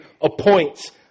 appoints